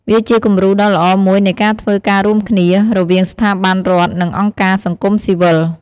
វាជាគំរូដ៏ល្អមួយនៃការធ្វើការរួមគ្នា រវាងស្ថាប័នរដ្ឋនិងអង្គការសង្គមស៊ីវិល។